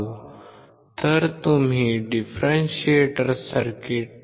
तर तुम्ही differentiator circuit पाहू शकता